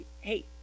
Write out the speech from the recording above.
Hey